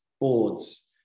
boards